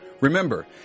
Remember